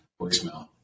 voicemail